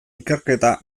ikerketa